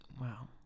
Wow